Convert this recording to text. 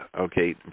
Okay